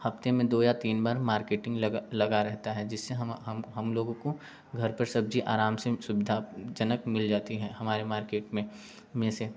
हफ्ते में दो या तीन बार मार्केटिंग लग लगा रहता है जिससे हम हम हम लोगों को घर पर सब्जी आराम से सुविधाजनक मिल जाती है हमारे मार्केट में में से